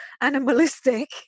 animalistic